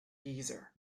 geezer